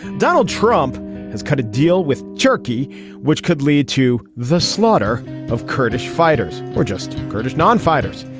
donald trump has cut a deal with turkey which could lead to the slaughter of kurdish fighters or just kurdish non fighters.